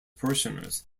parishioners